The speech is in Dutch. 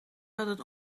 hadden